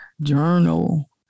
journal